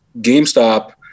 GameStop